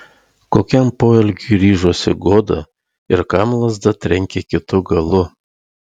kokiam poelgiui ryžosi goda ir kam lazda trenkė kitu galu